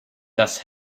das